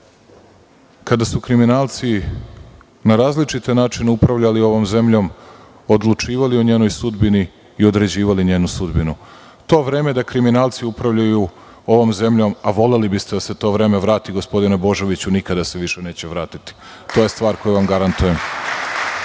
kada su kriminalci na različite načine upravljali ovom zemljom, odlučivali o njenoj sudbini i određivali njenu sudbinu. To vreme da kriminalci upravljaju ovom zemljom, a voleli biste da se to vreme vrati gospodine Božoviću, nikada se više neće vratiti. To je stvar koju vam garantujem. Kažete